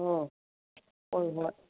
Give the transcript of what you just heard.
ꯑꯣ ꯍꯣꯏ ꯍꯣꯏ